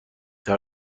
زیاد